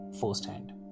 firsthand